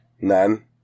None